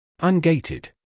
Ungated